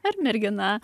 ar mergina